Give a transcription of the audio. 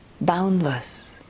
boundless